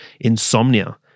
insomnia